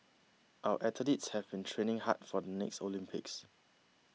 our athletes have been training hard for the next Olympics